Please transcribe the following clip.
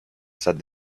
said